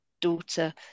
daughter